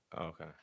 Okay